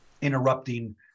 interrupting